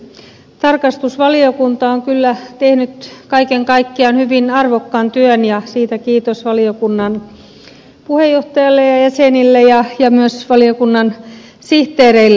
tarkastusvaliokunta on kyllä tehnyt kaiken kaikkiaan hyvin arvokkaan työn ja siitä kiitos valiokunnan puheenjohtajalle ja jäsenille ja myös valiokunnan sihteereille